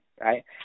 right